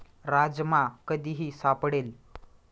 राजमा कधीही सापडेल